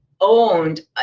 owned